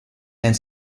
and